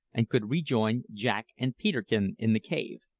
and could rejoin jack and peterkin in the cave.